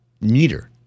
neater